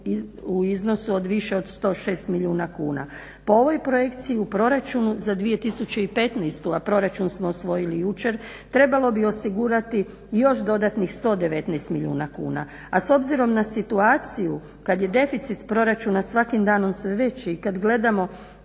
u iznosu od više od 106 milijuna kuna. Po ovoj projekciji u proračunu za 2015., a proračun smo usvojili jučer, trebalo bi osigurati još dodatnih 119 milijuna kuna. A s obzirom na situaciju kad je deficit proračuna svakim danom sve veći i kad gledamo